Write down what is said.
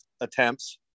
attempts